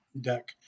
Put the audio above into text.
deck